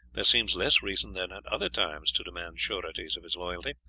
there seems less reason than at other times to demand sureties of his loyalty,